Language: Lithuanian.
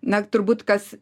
na turbūt kas